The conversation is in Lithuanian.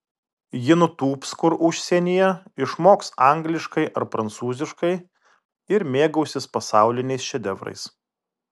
ji nutūps kur užsienyje išmoks angliškai ar prancūziškai ir mėgausis pasauliniais šedevrais